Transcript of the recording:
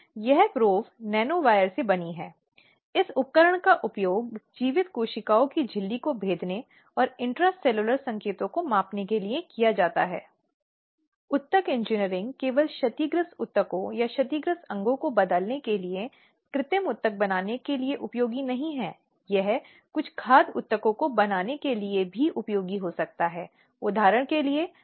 अतः किसी नियोक्ता का यह अनिवार्य कर्तव्य है कि वह इस संबंध में उचित कदम उठाए चाहे वह अपनी संबंधित वेबसाइट पर जानकारी डाले या जो पोस्टर बना रहा हो और संगठन के भीतर विभिन्न स्थानों पर प्रदर्शित हो या अन्य जो भी आवश्यक कदम हो यह नियोक्ता पर जिम्मेदारी है और उसके साथ समय समय कार्यशालाओं का संचालन करना